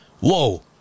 Whoa